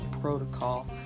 protocol